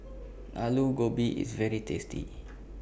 Alu Gobi IS very tasty